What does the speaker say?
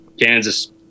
Kansas